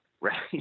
right